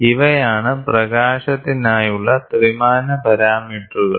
ഇവയാണ് പ്രകാശത്തിനായുള്ള ത്രിമാന പാരാമീറ്ററുകൾ